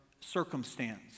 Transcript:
circumstance